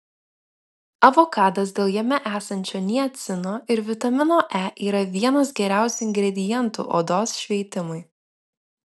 avokadas dėl jame esančio niacino ir vitamino e yra vienas geriausių ingredientų odos šveitimui